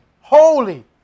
holy